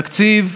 תקציב,